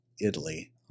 Italy